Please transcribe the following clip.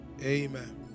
Amen